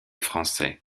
français